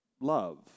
love